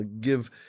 give